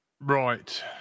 Right